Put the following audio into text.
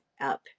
up